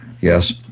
Yes